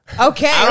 Okay